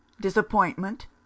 disappointment